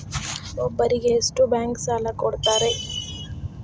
ಒಬ್ಬರಿಗೆ ಎಷ್ಟು ಬ್ಯಾಂಕ್ ಸಾಲ ಕೊಡ್ತಾರೆ?